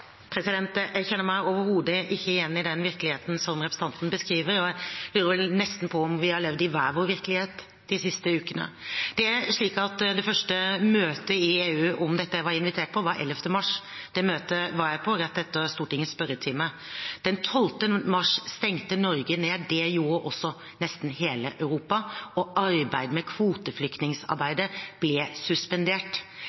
Jeg kjenner meg overhodet ikke igjen i den virkeligheten som representanten beskriver, og jeg lurer nesten på om vi har levd i hver vår virkelighet de siste ukene. Det første møtet i EU om dette som jeg var invitert til, var 11. mars. Det møtet var jeg på rett etter Stortingets spørretime. Den 12. mars stengte Norge ned. Det gjorde også nesten hele Europa, og